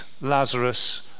Lazarus